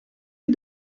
les